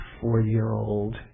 four-year-old